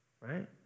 right